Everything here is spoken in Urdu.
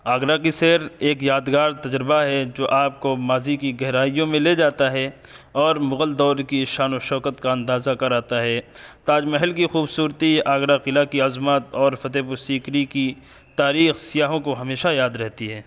آگرہ کی سیر ایک یادگار تجربہ ہے جو آپ کو ماضی کی گہرائیوں میں لے جاتا ہے اور مغل دور کی شان و شوکت کا اندازہ کراتا ہے تاج محل کی خوبصورتی آگرہ قلعہ کی عظمت اور فتح پور سیکری کی تاریخ سیاحوں کو ہمیشہ یاد رہتی ہے